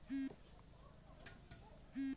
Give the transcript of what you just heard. जलौढ़ माटी खेतीर तने सब स अच्छा माटी हछेक